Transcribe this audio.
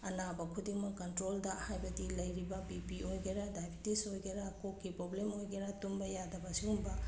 ꯑꯅꯥꯕ ꯈꯨꯗꯤꯡꯃꯛ ꯀꯟꯇ꯭ꯔꯣꯜꯗ ꯍꯥꯏꯕꯗꯤ ꯂꯩꯔꯤꯕ ꯕꯤ ꯄꯤ ꯑꯣꯏꯒꯦꯔ ꯗꯥꯏꯚꯦꯇꯤꯁ ꯑꯣꯏꯒꯦꯔ ꯀꯣꯛꯀꯤ ꯄ꯭ꯔꯣꯕ꯭ꯂꯦꯝ ꯑꯣꯏꯒꯦꯔ ꯇꯨꯝꯕ ꯌꯥꯗꯕ ꯑꯁꯤꯒꯨꯝꯕ